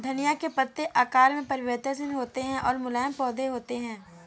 धनिया के पत्ते आकार में परिवर्तनशील होते हैं और मुलायम पौधे होते हैं